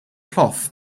cloth